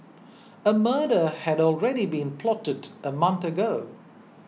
a murder had already been plotted a month ago